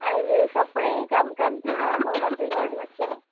अहिले सबै काम कामतिर म मात्रै घरमा छु